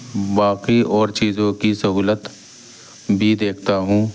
باقی اور چیزوں کی سہولت بھی دیکھتا ہوں